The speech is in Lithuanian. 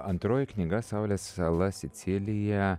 antroji knyga saulės sala sicilija